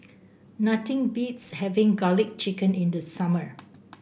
nothing beats having garlic chicken in the summer